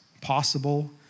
possible